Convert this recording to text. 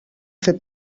fer